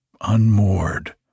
unmoored